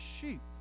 sheep